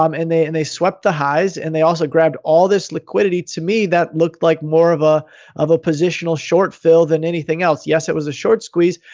um and then and they swept the highs and they also grabbed all this liquidity. to me, that looked like more of ah of a positional shortfill than anything else. yes, it was a short squeeze,